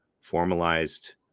formalized